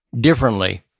differently